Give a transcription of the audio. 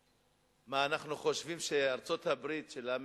מה, אנחנו חושבים שארצות-הברית של אמריקה,